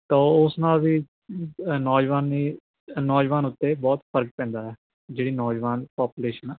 ਤਾਂ ਓਸ ਨਾਲ ਵੀ ਨੌਜਵਾਨ ਨੇ ਨੌਜਵਾਨ ਉੱਤੇ ਬਹੁਤ ਫ਼ਰਕ ਪੈਂਦਾ ਜਿਹੜੀ ਨੌਜਵਾਨ ਪਾਪੂਲੇਸ਼ਨ ਆ